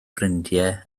ffrindiau